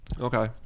Okay